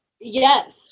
yes